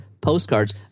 postcards